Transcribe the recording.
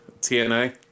TNA